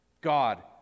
God